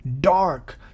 dark